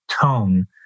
tone